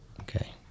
Okay